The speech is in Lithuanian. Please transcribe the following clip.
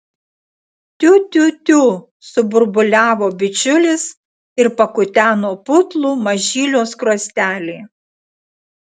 tiu tiu tiu suburbuliavo bičiulis ir pakuteno putlų mažylio skruostelį